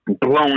blown